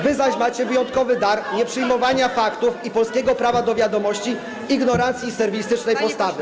Wy zaś macie wyjątkowy dar nieprzyjmowania faktów i polskiego prawa do wiadomości, ignorancji i serwilistycznej postawy.